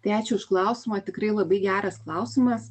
tai ačiū už klausimą tikrai labai geras klausimas